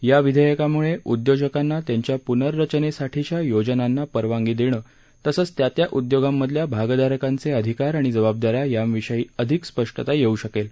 या विधेयकामुळे उद्योजकांना त्यांच्या प्नर्रचनेसाठीच्या योजनांना परवानगी देणं तसंच त्या त्या उद्योगांमधल्या भागधारकांचे अधिकार आणि जबाबदाऱ्या यांविषयी अधिक स्पष्टता येऊ शकेल